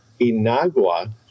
Inagua